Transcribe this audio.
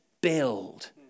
build